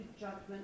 judgment